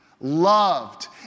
loved